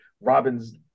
Robin's